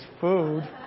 food